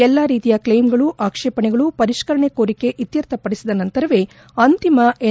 ಎಲ್ಲ ರೀತಿಯ ಕ್ಷೇಮುಗಳು ಆಕ್ಷೇಪಣೆಗಳು ಪರಿಷ್ಠರಣೆ ಕೋರಿಕೆ ಇತ್ತರ್ಥಪಡಿಬದ ನಂತರವೇ ಅಂತಿಮ ಎನ್